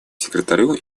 секретарю